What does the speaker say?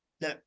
no